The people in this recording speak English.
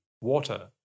water